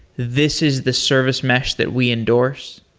this is the service mesh that we endorse.